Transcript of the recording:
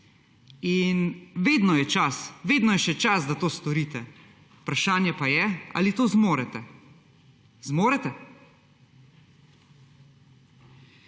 izgubimo. In vedno je še čas, da to storite, vprašanje pa je, ali to zmorete. Zmorete?